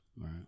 Right